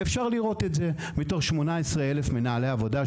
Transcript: ואפשר לראות את זה: מתוך 18,500 מנהלי עבודה,